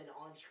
on